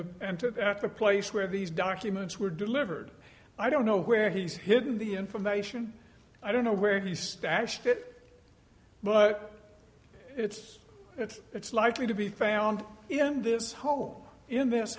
the place where these documents were delivered i don't know where he's hidden the information i don't know where he stashed it but it's it's it's likely to be found in this home in this